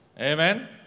Amen